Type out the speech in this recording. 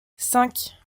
cinq